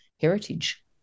heritage